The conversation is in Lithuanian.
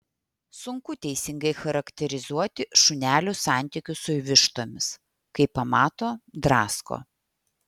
sunku teisingai charakterizuoti šunelių santykius su vištomis kai pamato drasko